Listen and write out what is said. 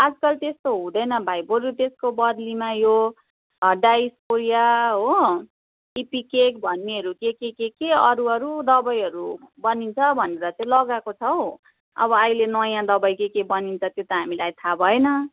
आजकल त्यस्तो हुँदैन भाइ बरू त्यसको बद्लीमा यो डाइसकोरिया हो इपिकेक भन्नेहरू के के के अरू अरू दबाईहरू बनिन्छ भनेर चाहिँ लगाएको छ हौ अब अहिले नयाँ दबाई के के बनिन्छ त्यो त हामीलाई थाहा भएन